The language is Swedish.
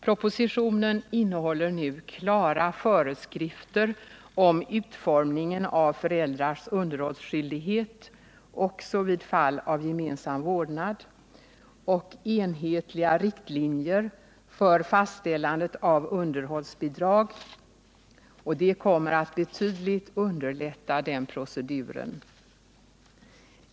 Propositionen innehåller nu klara föreskrifter om utformningen av föräldrars underhållsskyldighet, också i fall av gemensam vårdnad, och enhetliga riktlinjer för fastställande av underhållsbidrag, och det kommer att betydligt underlätta den proceduren.